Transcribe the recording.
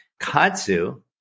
Katsu